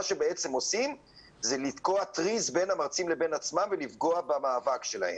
מה שבעצם עושים זה לתקוע טריז בין המרצים לבין עצמם ולפגוע במאבק שלהם.